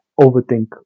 overthink